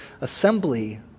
assembly